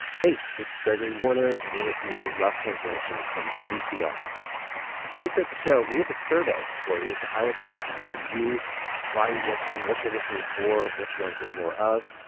hey. it's gregory warner, and you're listening to rough translation from npr before we start the show, we have a survey for you. it's our chance to hear from you why you listen, what you're listening for, what you want to hear more of.